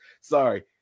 Sorry